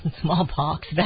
smallpox